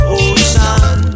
ocean